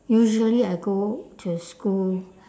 usually I go to school